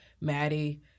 Maddie